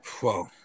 Whoa